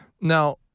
Now